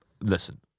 listen